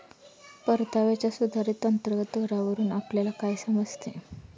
परताव्याच्या सुधारित अंतर्गत दरावरून आपल्याला काय समजते?